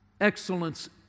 Excellence